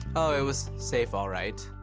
oh, it was safe, all right.